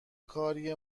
کاری